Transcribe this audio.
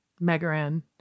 Megaran